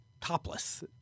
topless